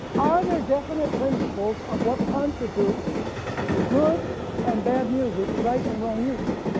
are there definite principles of what constitutes good and bad music, right and wrong music?